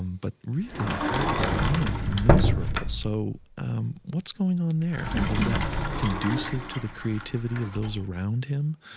but really hard to get along with, miserable. so what's going on there? was that conducive to the creativity of those around him?